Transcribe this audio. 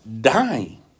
dying